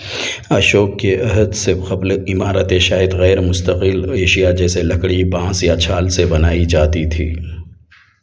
اشوک کے عہد سے قبل عمارتیں شاید غیرمستقل ایشیا جیسے لکڑی بانس یا چھال سے بنائی جاتی تھیں